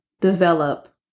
develop